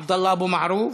עבדאללה אבו מערוף,